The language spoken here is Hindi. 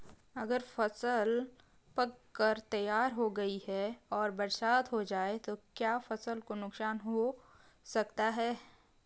अगर फसल पक कर तैयार हो गई है और बरसात हो जाए तो क्या फसल को नुकसान हो सकता है?